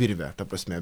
virvę ta prasme